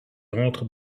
entre